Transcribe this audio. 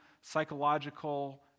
psychological